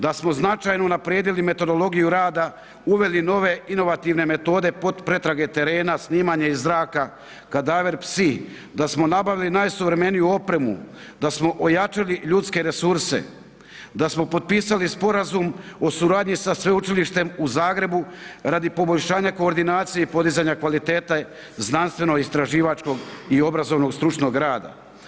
Da smo značajno unaprijedili metodologiju rada, uveli nove inovativne metode pretrage terena, snimanje iz zraka, kadaver psi, da smo nabaviti najsuvremeniju opremu, da smo ojačali ljudske resurse, da smo potpisali sporazum o suradnji sa Sveučilištem u Zagrebu radi poboljšanja koordinacije i podizanja kvalitete znanstveno-istraživačkog i obrazovnog stručnog rada.